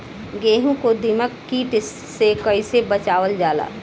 गेहूँ को दिमक किट से कइसे बचावल जाला?